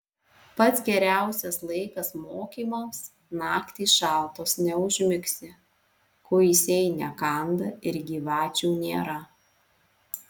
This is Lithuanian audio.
pats geriausias laikas mokymams naktys šaltos neužmigsi kuisiai nekanda ir gyvačių nėra